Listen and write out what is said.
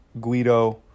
Guido